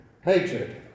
hatred